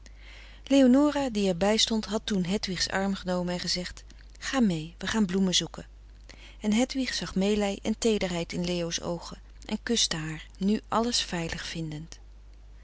leonora die er bij stond had toen hedwig's arm genomen en gezegd ga mee we gaan bloemen zoeken en hedwig zag meelij en teederheid in leo's oogen en kuste haar nu alles veilig vindend